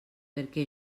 perquè